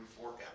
forever